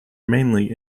mainly